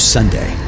Sunday